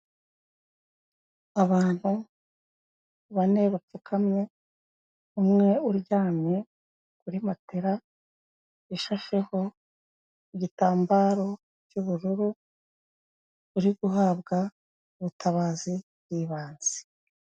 Abantu bane bapfukamye, umwe uryamye kuri matela ishasheho igitambaro cy'ubururu, uri guhabwa ubutabazi bw'ibanze.